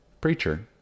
preacher